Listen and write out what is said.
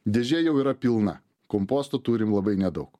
dėžė jau yra pilna komposto turim labai nedaug